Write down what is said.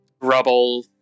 rubble